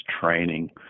training